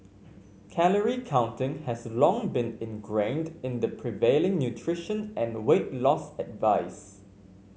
calorie counting has long been ingrained in the prevailing nutrition and weight loss advice